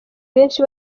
benshi